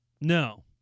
No